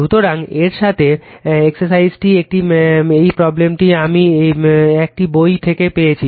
সুতরাং এর সাথে এই এক্সারসাইজটি একটি এই প্রব্লেমটি আমি একটি বই থেকে পেয়েছি